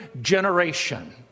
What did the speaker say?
generation